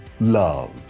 love